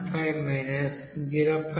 15 0